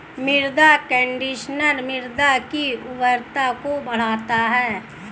मृदा कंडीशनर मृदा की उर्वरता को बढ़ाता है